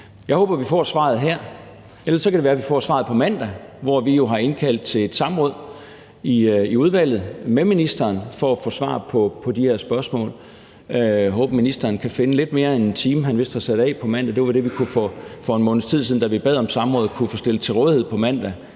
Jeg håber, at vi får svaret her. Ellers kan det være, at vi får svaret på mandag, hvor vi jo har indkaldt til et samråd i udvalget med ministeren for at få svar på de her spørgsmål. Jeg håber, at ministeren kan finde lidt mere end den time, han vist har sat af til det på mandag. Det var det, vi for en måneds tid siden, da vi bad om samrådet, kunne få stillet til rådighed på mandag,